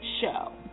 show